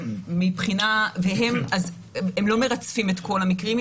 הם לא מרצפים את כל המקרים.